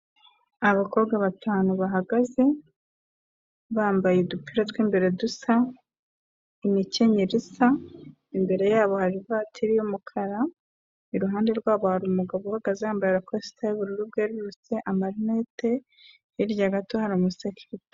Abakobwa batanu bahagaze bambaye udupira tw'imbere dusa, imikenyero isa, imbere y'abo hari ivatiri y'umukara, iruhande rw'abo hari umugabo uhagaze yambara rakosite y'ubururu bwerurutse, amarinete, hirya gato hari umusekirite.